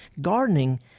Gardening